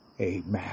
Amen